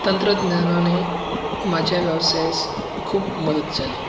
तंत्रज्ञानाने माझ्या व्यवसायास खूप मदत झाली